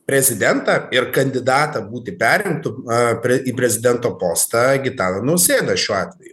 prezidentą ir kandidatą būti perrinktu a pre į prezidento postą gitaną nausėdą šiuo atveju